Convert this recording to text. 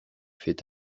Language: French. fait